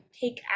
take